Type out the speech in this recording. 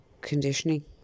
conditioning